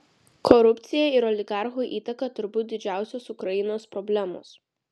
korupcija ir oligarchų įtaka turbūt didžiausios ukrainos problemos